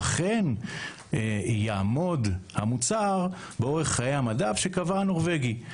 אכן יעמוד המוצר באורך חיי המדף שקבע הנורווגי,